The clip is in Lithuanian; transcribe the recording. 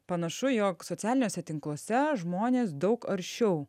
panašu jog socialiniuose tinkluose žmonės daug aršiau